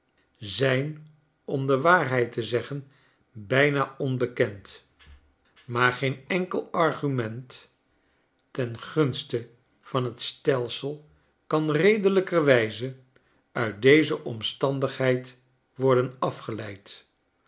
zijn om de waarheid te zeggen bijna onbekend maar geen enkel argument ten gunste van j t stelsel kan redelijkerwijze uit dezo omstandigheid worden afgeleid